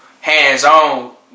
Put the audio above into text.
hands-on